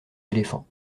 éléphants